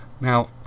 Now